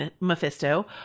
Mephisto